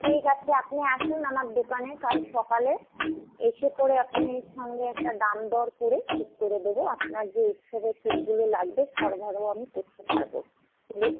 ঠিক আছে আপনি আসুন আমার দোকানে কাল সকালে এসে পরে আপনি সঙ্গে একটা দামদর করে ঠিক করে দেব আপনার যে উৎসবের ফুলগুলো লাগবে সরবরাহ আমি করতে পারবো